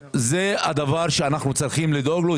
זה הדבר שאנחנו צריכים לדאוג לו,